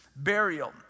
Burial